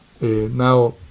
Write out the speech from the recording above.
now